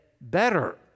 better